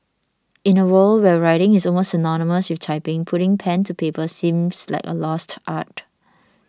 in a world where writing is almost synonymous with typing putting pen to paper seems like a lost art